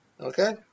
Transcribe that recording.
Okay